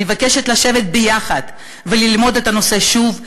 אני מבקשת לשבת יחד וללמוד את הנושא שוב.